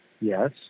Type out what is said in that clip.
yes